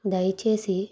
దయచేసి